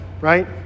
right